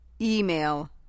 Email